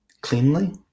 cleanly